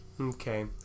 Okay